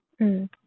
mm